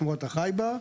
שמורת החי בר,